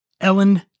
Ellen